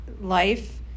life